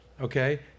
Okay